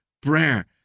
prayer